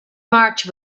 march